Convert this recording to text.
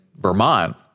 Vermont